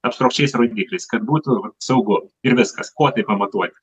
abstrakčiais rodiklis kad būtų saugu ir viskas kuo tai pamatuoti